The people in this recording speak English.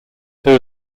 there